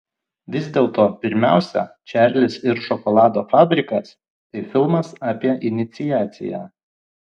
vis dėlto pirmiausia čarlis ir šokolado fabrikas tai filmas apie iniciaciją